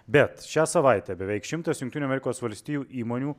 bet šią savaitę beveik šimtas jungtinių amerikos valstijų įmonių